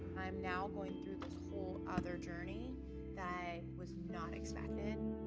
i'm now going through this whole other journey that i was not expecting.